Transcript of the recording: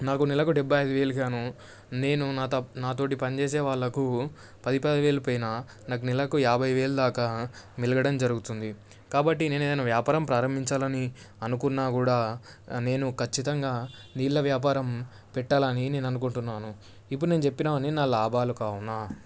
నాకు నెలకు డెబ్బై ఐదు వేలు గాను నేను నాతోటి పనిచేసే వాళ్ళకు పది పది వేలు పోయినా నాకు నెలకు యాబై వేలు దాకా మిగలడం జరుగుతుంది కాబట్టి నేను వ్యాపారం ప్రారంభించాలని అనుకున్నా కూడా నేను ఖచ్చితంగా నీళ్ళ వ్యాపారం పెట్టాలని నేను అనుకుంటున్నాను ఇప్పుడు నేను చెప్పినవి అన్నీ నా లాభాలు కావు నా